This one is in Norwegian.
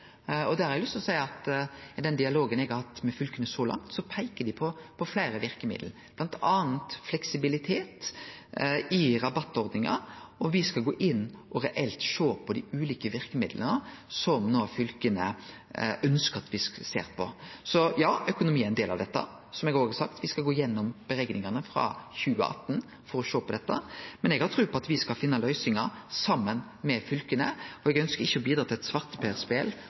i den dialogen eg har hatt med fylka så langt, peiker dei på fleire verkemiddel, bl.a. fleksibilitet i rabattordningar. Me skal gå inn og reelt sjå på dei ulike verkemidla som fylka no ønskjer at me skal sjå på. Så ja, økonomi er ein del av dette. Som eg òg har sagt: Me skal gå gjennom berekningane frå 2018 for å sjå på dette. Eg har tru på at me skal finne løysingar saman med fylka, og eg ønskjer ikkje å bidra til eit